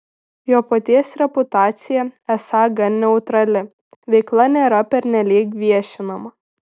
jo paties reputacija esą gan neutrali veikla nėra pernelyg viešinama